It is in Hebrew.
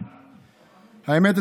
האמת,